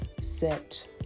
set